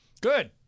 Good